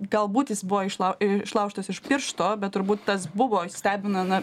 galbūt jis buvo išla išlaužtas iš piršto bet turbūt tas buvo ir stebina na